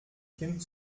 kind